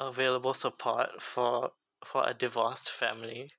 available support for for a divorced family